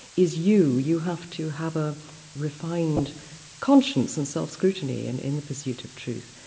is you. you have to have a refined conscience and self-scrutiny and in the pursuit of truth.